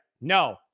No